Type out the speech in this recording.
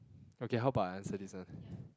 okay how about I answer this one